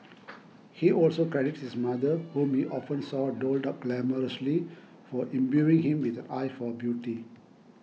he also credits his mother whom he often saw dolled up glamorously for imbuing him with an eye for beauty